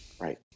Right